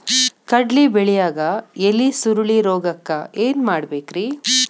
ಕಡ್ಲಿ ಬೆಳಿಯಾಗ ಎಲಿ ಸುರುಳಿರೋಗಕ್ಕ ಏನ್ ಮಾಡಬೇಕ್ರಿ?